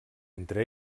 entre